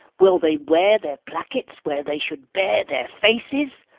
will they wear their plackets where they should bear their faces?